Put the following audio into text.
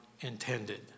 intended